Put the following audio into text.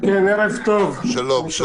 כל טוב ושיהיה